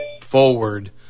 forward